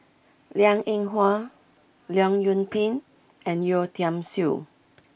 Liang Eng Hwa Leong Yoon Pin and Yeo Tiam Siew